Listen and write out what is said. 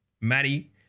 Maddie